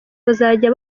bazajya